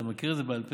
אתה מכיר את זה בעל פה.